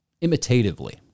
imitatively